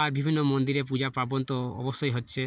আর বিভিন্ন মন্দিরে পূজা পার্বণ তো অবশ্যই হচ্ছে